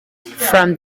from